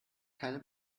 keine